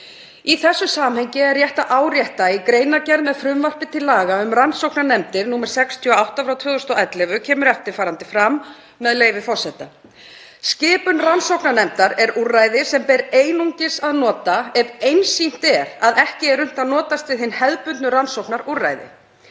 Í þessu samhengi er rétt að árétta að í greinargerð með frumvarpi til laga um rannsóknarnefndir, nr. 68/2011, kemur eftirfarandi fram, með leyfi forseta: „… skipun rannsóknarnefndar er úrræði sem ber einungis að nota ef einsýnt er að ekki er unnt að notast við hin hefðbundnu rannsóknarúrræði.